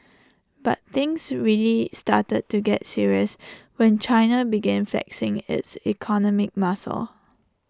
but things really started to get serious when China began flexing its economic muscle